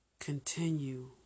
continue